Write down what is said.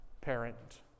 parent